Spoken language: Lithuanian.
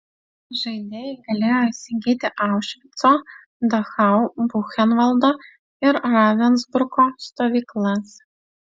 žaidėjai galėjo įsigyti aušvico dachau buchenvaldo ir ravensbruko stovyklas